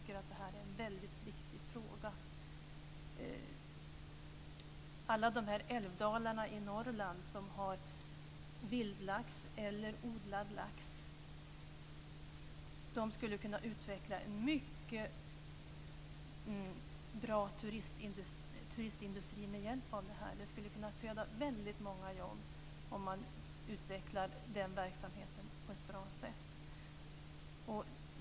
Med hjälp av alla de älvdalar i Norrland som har vildlax eller odlad lax skulle man kunna utveckla en mycket bra turistindustri. Det skulle kunna föda många jobb om man utvecklar den verksamheten på ett bra sätt.